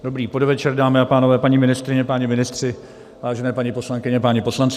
Dobrý podvečer, dámy a pánové, paní ministryně, páni ministři, vážené paní poslankyně, páni poslanci.